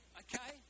okay